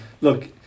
look